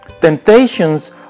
Temptations